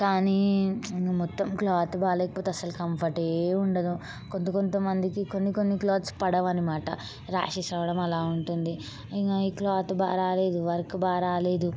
కానీ ఇంక మొత్తం క్లాత్ బాగలేకపోతే అసలు కంఫర్టే ఉండదు కొంత కొంతమందికి కొన్ని కొన్ని క్లాత్స్ పడవు అనమాట ర్యాషెస్ రావడం అలా ఉంటుంది ఇంక ఈ క్లాత్ బాగ రాలేదు వర్క్ బాగ రాలేదు